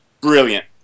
Brilliant